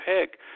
pick